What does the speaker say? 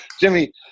Jimmy